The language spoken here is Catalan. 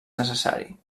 necessari